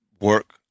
work